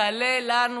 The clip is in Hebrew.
ההצעה הזאת תעלה לנו,